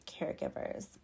caregivers